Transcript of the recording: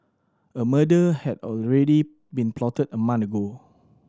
a murder had already been plotted a month ago